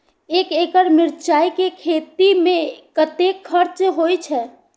एक एकड़ मिरचाय के खेती में कतेक खर्च होय छै?